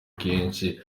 kenshi